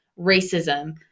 racism